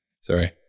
sorry